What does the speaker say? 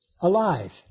alive